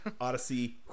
Odyssey